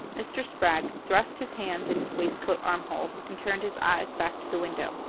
mr. spragg thrust his hands in his waistcoat arm-holes and turned his eyes back to the window.